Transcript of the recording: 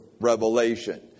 Revelation